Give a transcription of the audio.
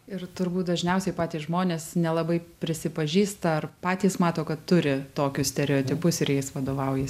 ir turbūt dažniausiai patys žmonės nelabai prisipažįsta ar patys mato kad turi tokius stereotipus ir jais vadovaujas